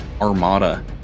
Armada